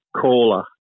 caller